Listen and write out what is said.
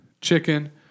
chicken